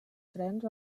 trens